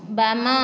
ବାମ